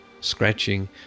scratching